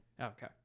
Okay